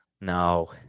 No